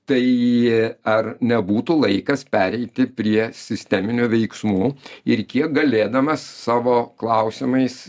tai ar nebūtų laikas pereiti prie sisteminių veiksmų ir kiek galėdamas savo klausimais